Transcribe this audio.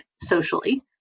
socially